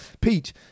Pete